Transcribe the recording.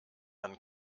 dann